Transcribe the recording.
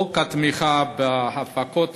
חוק התמיכה בהפקות